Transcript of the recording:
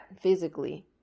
physically